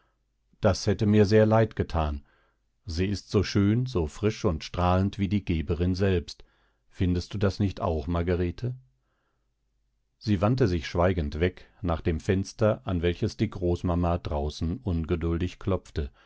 das hätte mir sehr leid gethan sie ist so schön so frisch und strahlend wie die geberin selbst findest du das nicht auch margarete sie wandte sich schweigend weg nach dem fenster an welches die großmama draußen ungeduldig klopfte